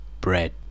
bread